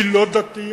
היא לא דתייה,